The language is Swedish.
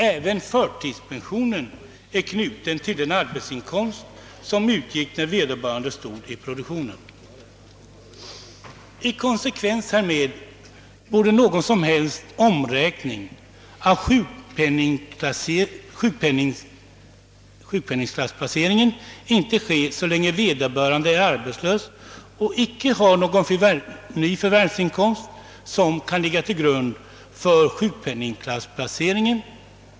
Även förtidspension är knuten till den arbetsinkomst som utgått då vederbörande deltagit i produktionen. I konsekvens härmed borde ingen ändring av sjukpenningklassplaceringen ske så länge vederbörande är arbetslös och icke har någon ny förvärvsinkomst som kan ligga till grund för sjukpenningklassplaceringen.